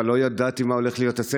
אבל לא ידעתי מה הולך להיות סדר-היום,